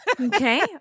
Okay